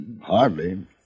Hardly